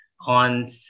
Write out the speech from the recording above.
on